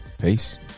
Peace